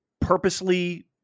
purposely